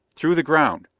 through the ground.